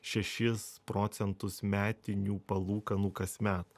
šešis procentus metinių palūkanų kasmet